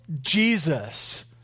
Jesus